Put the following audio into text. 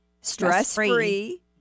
stress-free